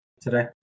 today